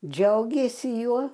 džiaugėsi juo